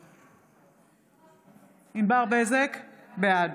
משתתף בהצבעה ענבר בזק, בעד